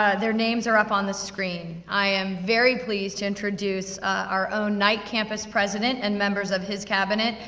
ah their names are up on the screen. i am very pleased to introduce our own night campus president, and members of his cabinet,